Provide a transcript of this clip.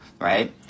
right